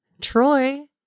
Troy